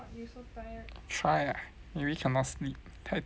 try ah maybe cannot sleep 太早了